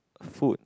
food